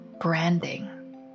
branding